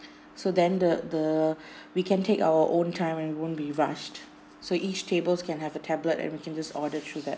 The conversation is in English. so then the the we can take our own time and won't be rushed so each tables can have a tablet and we can just order through that